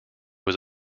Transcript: was